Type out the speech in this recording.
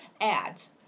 ads